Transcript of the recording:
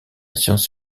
science